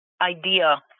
idea